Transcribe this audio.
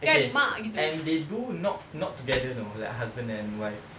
okay and they do not not together know like husband and wife